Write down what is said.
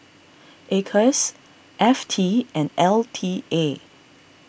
Acres F T and L T A